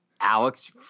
Alex